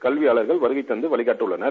கல்வியாளர்கள் வருகை தந்து வழிகாட்ட உள்ளனர்